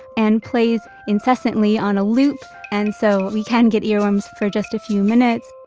and plays incessantly on a loop. and so we can get earworms for just a few minutes,